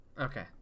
Okay